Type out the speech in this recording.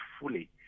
fully